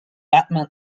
batman